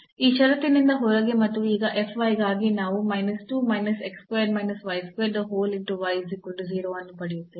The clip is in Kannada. ಈ ಷರತ್ತಿನಿಂದ ಹೊರಗೆ ಮತ್ತು ಈಗ ಗಾಗಿ ನಾವು ಅನ್ನು ಪಡೆಯುತ್ತೇವೆ